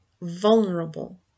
vulnerable